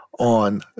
on